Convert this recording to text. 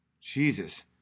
Jesus